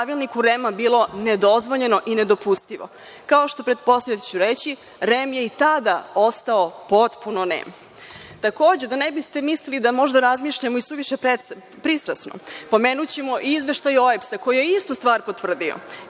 Pravilniku REM bilo nedozvoljeno i nedopustivo. Kao što pretpostavljate da ću reći, REM je i tada ostao potpuno nem. Takođe, da ne biste mislili da možda razmišljam isuviše pristrasno, pomenućemo i izveštaj OEPS koji je istu stvar potvrdio,